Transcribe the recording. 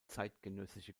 zeitgenössische